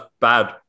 bad